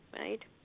Right